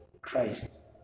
Christ